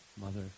Mother